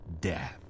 death